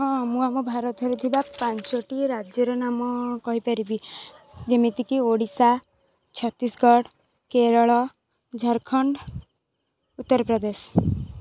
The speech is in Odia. ହଁ ମୁଁ ଆମ ଭାରତରେ ଥିବା ପାଞ୍ଚୋଟି ରାଜ୍ୟର ନାମ କହିପାରିବି ଯେମିତିକି ଓଡ଼ିଶା ଛତିଶଗଡ଼ କେରଳ ଝାଡ଼ଖଣ୍ଡ ଉତ୍ତର ପ୍ରଦେଶ